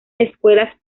escuelas